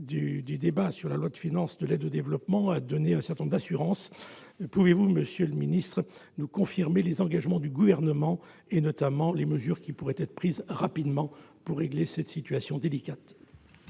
du débat sur le projet de budget de l'aide au développement, a donné un certain nombre d'assurances. Pouvez-vous, monsieur le secrétaire d'État, nous confirmer les engagements du Gouvernement et nous dire quelles mesures pourraient être prises rapidement pour régler cette situation délicate ?